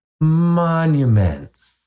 monuments